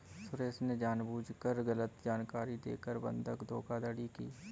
सुरेश ने जानबूझकर गलत जानकारी देकर बंधक धोखाधड़ी की